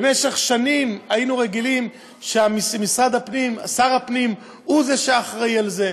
במשך שנים היינו רגילים ששר הפנים הוא שאחראי לזה.